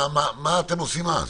מה אתם עושים אז?